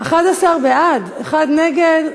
11 בעד, אחד נגד,